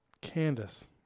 Candace